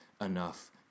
enough